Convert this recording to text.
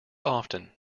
often